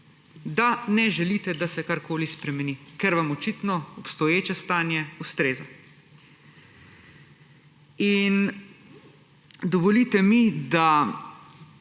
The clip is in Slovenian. da ne želite, da se karkoli spremeni, ker vam očitno obstoječe stanje ustreza. Preden